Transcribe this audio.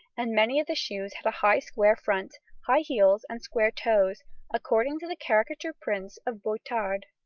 and many of the shoes had a high square front, high heels, and square toes according to the caricature prints of boitard,